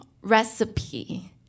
recipe